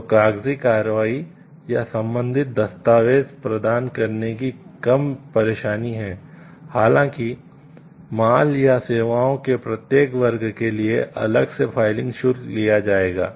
तो कागजी कार्रवाई या संबंधित दस्तावेज प्रदान करने की कम परेशानी है हालांकि माल या सेवाओं के प्रत्येक वर्ग के लिए अलग से फाइलिंग शुल्क लिया जाएगा